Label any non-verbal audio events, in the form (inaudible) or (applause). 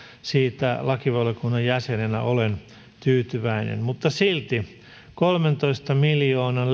siitä lakivaliokunnan jäsenenä olen tyytyväinen mutta silti kolmentoista miljoonan (unintelligible)